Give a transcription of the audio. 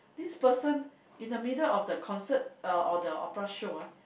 this person in the middle of the concert uh or the opera show ah